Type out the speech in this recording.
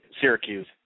Syracuse